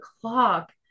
clock